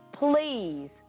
please